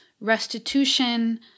restitution